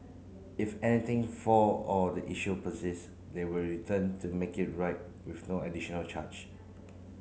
if anything fail or the issue persist they will return to make it right with no additional charge